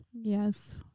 Yes